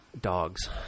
dogs